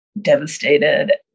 devastated